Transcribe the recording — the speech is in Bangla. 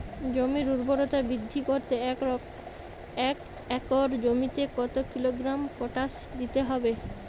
জমির ঊর্বরতা বৃদ্ধি করতে এক একর জমিতে কত কিলোগ্রাম পটাশ দিতে হবে?